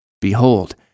Behold